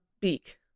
beak